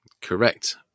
Correct